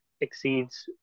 exceeds